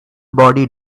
body